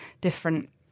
different